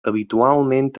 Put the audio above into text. habitualment